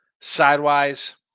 sidewise